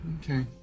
okay